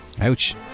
Ouch